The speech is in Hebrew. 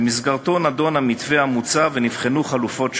שבמסגרתו נדון המתווה המוצע ונבחנו חלופות שונות.